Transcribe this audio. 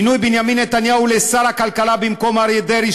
מינוי בנימין נתניהו לשר הכלכלה במקום אריה דרעי,